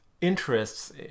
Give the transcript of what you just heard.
interests